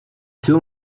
two